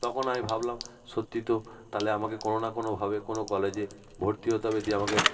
তখন আমি ভাবলাম সত্যিই তো তাহলে আমাকে কোনও না কোনোভাবে কোনও কলেজে ভর্তি হতে হবে দিয়ে আমাকে